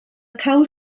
cawl